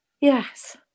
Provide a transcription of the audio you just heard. yes